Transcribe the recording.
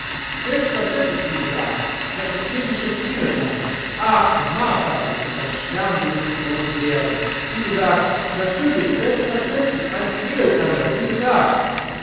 selbstverständlich wie gesagt ein ästhetisches tingeltangel ach martha sie sind das sternbild des großen bären wie gesagt natürlich selbstverständlich ein tingeltangel wie gesagt